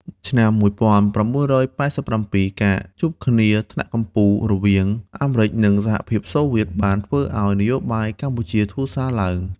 ឆ្នាំ ១៩៨៧ ការជួបគ្នាថ្នាក់កំពូលរវាង អាមេរិច និងសហភាពសូវៀតបានធ្វើឲ្យ នយោបាយកម្ពុជាធូរស្រាលឡើង។